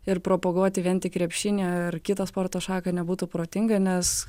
ir propaguoti vien tik krepšinį ar kitą sporto šaką nebūtų protinga nes